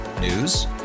News